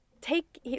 take